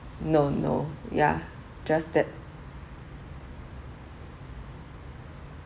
no no yeah just that